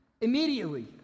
Immediately